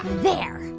there.